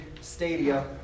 stadia